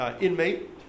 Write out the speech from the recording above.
inmate